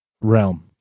realm